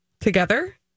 together